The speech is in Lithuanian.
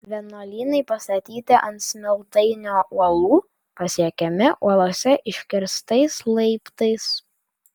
vienuolynai pastatyti ant smiltainio uolų pasiekiami uolose iškirstais laiptais